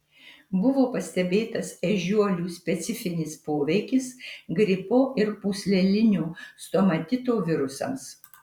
buvo pastebėtas ežiuolių specifinis poveikis gripo ir pūslelinio stomatito virusams